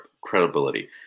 credibility